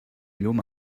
llum